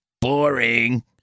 Boring